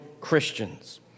Christians